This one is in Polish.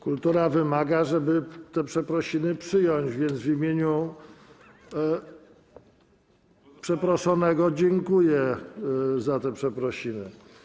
Kultura wymaga, żeby te przeprosiny przyjąć, więc w imieniu przeproszonych dziękuję za te przeprosiny.